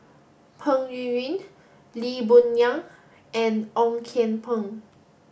Peng Yuyun Lee Boon Ngan and Ong Kian Peng